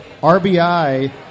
RBI